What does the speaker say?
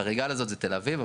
חריגה לזאת זה תל אביב,